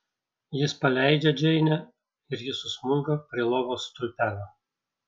jis paleidžia džeinę ir ji susmunka prie lovos stulpelio